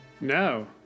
No